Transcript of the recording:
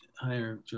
higher